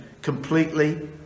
completely